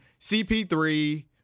cp3